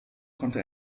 konnte